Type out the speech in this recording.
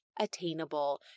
attainable